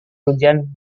ujian